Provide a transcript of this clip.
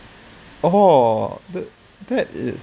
oh the that it